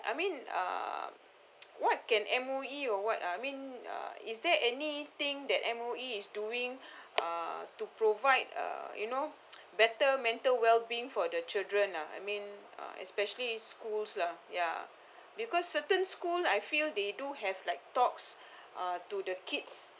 I mean uh what can M_O_E or what uh I mean uh is there anything that M_O_E is doing uh to provide uh you know better mental well being for the children lah I mean uh especially schools lah ya because certain schools I feel they do have like talks uh to the kids